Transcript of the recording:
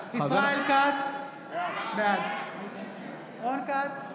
בעד רון כץ,